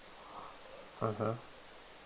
mmhmm